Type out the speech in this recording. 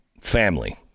family